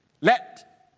Let